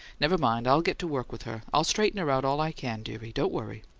never mind i'll get to work with her. i'll straighten her out all i can, dearie don't worry.